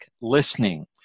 listening